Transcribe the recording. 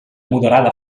moderada